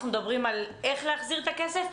אנחנו מדברים על השאלה איך להחזיר את הכסף.